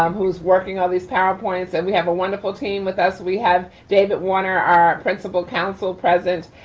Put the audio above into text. um who's working all these powerpoints and we have a wonderful team with us. we have david warner, our principal counsel present.